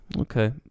okay